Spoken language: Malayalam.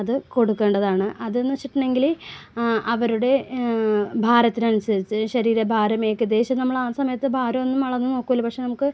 അത് കൊടുക്കേണ്ടതാണ് അതെന്ന് വെച്ചിട്ടുണ്ടെങ്കില് അവരുടെ ഭാരത്തിന് അനുസരിച്ച് ശരീര ശരീരഭാരമേകദേശം നമ്മൾ ആ സമയത്ത് ഭാരമൊന്നും അളന്ന് നോക്കുകയില്ല പക്ഷേ നമുക്ക്